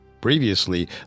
Previously